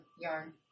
yarn